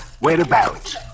whereabouts